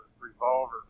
revolver